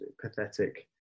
pathetic